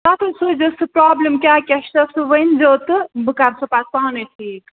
تَتے سوٗزۍزیٚو سُہ پرٛابلِم کیٛاہ کیٛاہ چھِ تتھ سُہ ؤنۍزیٚو تہٕ بہٕ کَرٕ سُہ پتہٕ پانے ٹھیٖک